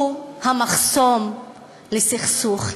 הוא המחסום לסכסוך.